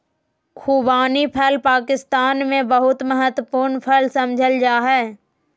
खुबानी फल पाकिस्तान में बहुत महत्वपूर्ण फल समझल जा हइ